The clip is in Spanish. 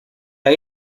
ahí